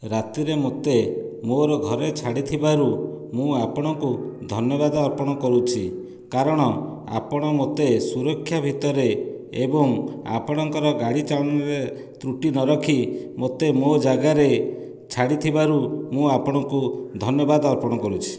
ରାତିରେ ମୋତେ ମୋର ଘରେ ଛାଡ଼ିଥିବାରୁ ମୁଁ ଆପଣଙ୍କୁ ଧନ୍ୟବାଦ ଅର୍ପଣ କରୁଛି କାରଣ ଆପଣ ମୋତେ ସୁରକ୍ଷା ଭିତରେ ଏବଂ ଆପଣଙ୍କର ଗାଡ଼ି ଚାଳଣାରେ ତ୍ରୁଟି ନ ରଖି ମୋତେ ମୋ ଜାଗାରେ ଛାଡ଼ିଥିବାରୁ ମୁଁ ଆପଣଙ୍କୁ ଧନ୍ୟବାଦ ଅର୍ପଣ କରୁଛି